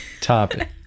topic